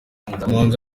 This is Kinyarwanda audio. umuhanzi